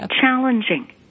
challenging